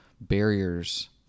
barriers